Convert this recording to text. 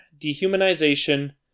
dehumanization